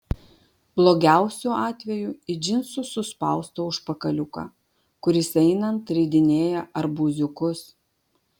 blogiausiu atveju į džinsų suspaustą užpakaliuką kuris einant ridinėja arbūziukus